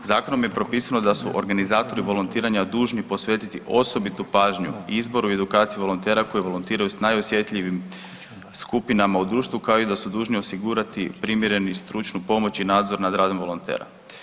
Zakonom je propisano da su organizatori volontiranja dužni posvetiti osobitu pažnju i izboru i edukaciji volontera koji volontiraju s najosjetljivijim skupinama u društvu, kao i da su dužni osigurati primjerenu i stručnu pomoć i nadzor nad radom volontera.